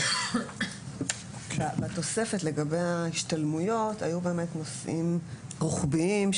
בתוספת לגבי ההשתלמויות היו נושאים רוחביים,